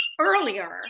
earlier